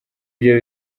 byo